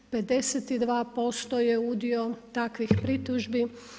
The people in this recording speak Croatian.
52% je udio takvih pritužbi.